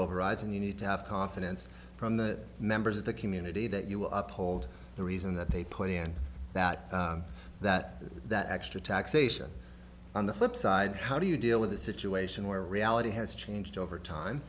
overrides and you need to have confidence from the members of the community that you will uphold the reason that they put in that that that extra taxation on the flip side how do you deal with a situation where reality has changed over time